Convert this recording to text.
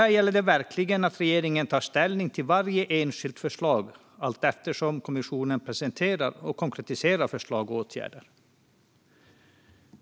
Här gäller det alltså verkligen att regeringen tar ställning till varje enskilt förslag allteftersom kommissionen presenterar och konkretiserar förslag till åtgärder.